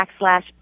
backslash